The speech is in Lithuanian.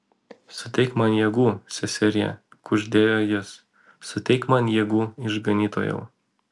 suteik man jėgų seserie kuždėjo jis suteik man jėgų išganytojau